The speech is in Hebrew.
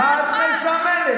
מה את מסמנת?